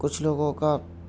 کچھ لوگوں کا